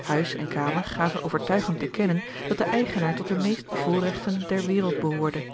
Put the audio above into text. huis en kamer gaven overtuigend te kennen dat de eigenaar tot de meest bevoorregten der wereld behoorde